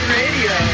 radio